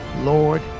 Lord